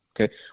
Okay